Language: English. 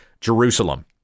Jerusalem